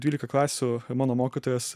dvylika klasių mano mokytojas